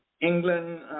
England